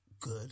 good